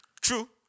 True